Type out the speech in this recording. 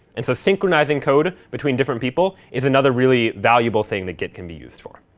and so synchronizing code between different people is another really valuable thing that git can be used for.